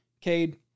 Cade